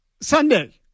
Sunday